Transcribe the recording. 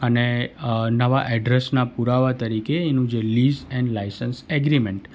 અને નવા એડ્રેસના પુરાવા તરીકે એનું જે લીઝ એન્ડ લાઈસન્સ એગ્રીમેન્ટ